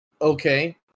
Okay